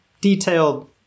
detailed